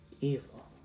evil